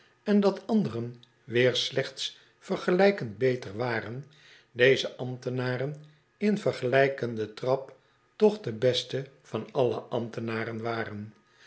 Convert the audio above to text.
en dat anderen weer slechts vergelijkend beter waren deze ambtenaren in vergelijkenden trap toch de beste van alle ambtenaren waren